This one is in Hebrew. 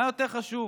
מה יותר חשוב?